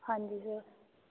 ਹਾਂਜੀ ਸਰ